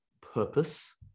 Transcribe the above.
purpose